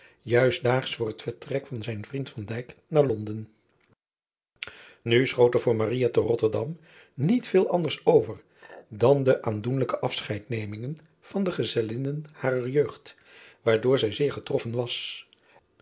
juist daags voor het vertrek van zijn vriend naar onden u schoot er voor te otterdam niet veel anders over dan de aandoenlijke afscheid driaan oosjes zn et leven van aurits ijnslager nemingen van de gezellinnen harer jeugd waardoor zij zeer getroffen was